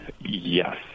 Yes